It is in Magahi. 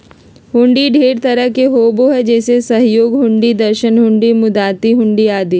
हुंडी ढेर तरह के होबो हय जैसे सहयोग हुंडी, दर्शन हुंडी, मुदात्ती हुंडी आदि